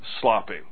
sloppy